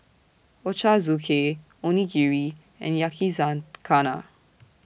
Ochazuke Onigiri and Yakizakana